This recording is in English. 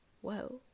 whoa